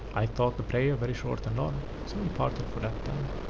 i thought the prayer very short and odd so we parted for that time.